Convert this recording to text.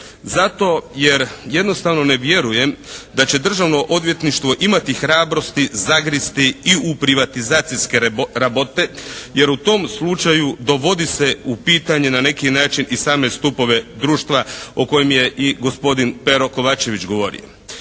Zato jer jednostavno ne vjerujem da će Državno odvjetništvo imati hrabrosti zagristi i u privatizacijske rabote jer u tom slučaju dovodi se u pitanje na neki način i same stupove društva o kojem je i gospodin Pero Kovačević govorio.